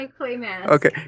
Okay